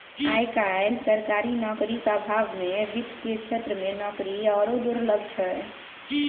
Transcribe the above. आय काल्हि सरकारी नौकरीक अभावमे वित्त केर क्षेत्रमे नौकरी आरो दुर्लभ छै